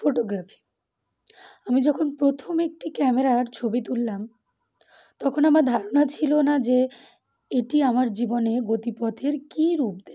photography আমি যখন প্রথম একটি ক্যামেরার ছবি তুললাম তখন আমার ধারণা ছিল না যে এটি আমার জীবনে গতিপথের কী রূপ দে